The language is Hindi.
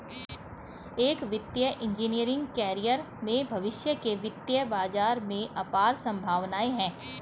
एक वित्तीय इंजीनियरिंग कैरियर में भविष्य के वित्तीय बाजार में अपार संभावनाएं हैं